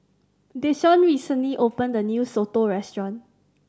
Desean recently opened a new soto restaurant